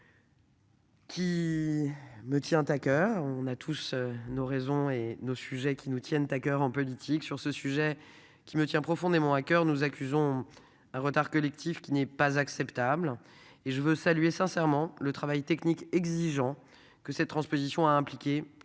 Qui me tient à coeur, on a tous nos raisons, et nos sujets qui nous tiennent à coeur en politique sur ce sujet qui me tient profondément à coeur nous accusons un retard collectif qui n'est pas acceptable et je veux saluer sincèrement le travail technique, exigeant que ces transpositions à impliquer